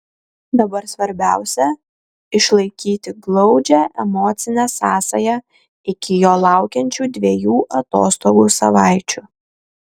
dabar svarbiausia išlaikyti glaudžią emocinę sąsają iki jo laukiančių dviejų atostogų savaičių